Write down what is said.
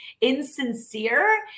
insincere